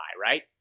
right